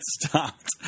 stopped